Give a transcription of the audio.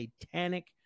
satanic